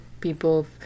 people